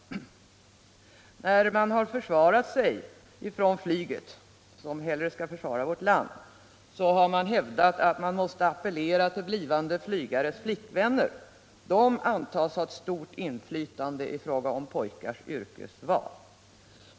När man försvarat sig inom flygvapnet —som hellre skall försvara vårt land — har man hävdat att man måste appellera till blivande flygares flickvänner. De antas ha ett stort inflytande i fråga om pojkars yrkesval.